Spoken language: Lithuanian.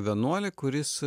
vienuolį kuris